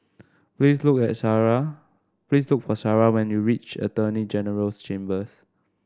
please look at Shara please look for Sharawhen you reach Attorney General's Chambers